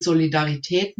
solidarität